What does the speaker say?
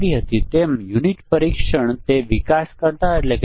પછી ભલે અન્ય ઈન્પુટ 0 અથવા 1 હોય કોઈ ફર્ક નથી પડતો